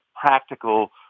practical